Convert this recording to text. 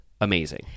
amazing